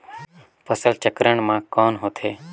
फसल चक्रण मा कौन होथे?